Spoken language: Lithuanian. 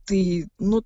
tai nu